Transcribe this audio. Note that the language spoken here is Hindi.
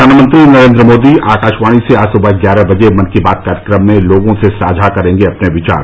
प्रधानमंत्री नरेन्द्र मोदी आकाशवाणी से आज सुबह ग्यारह बजे मन की बात कार्यक्रम में लोगों से साझा करेंगे अपने विचार